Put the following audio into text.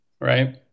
right